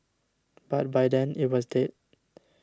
but by then it was dead